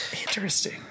Interesting